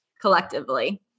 collectively